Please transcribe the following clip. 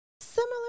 similar